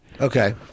Okay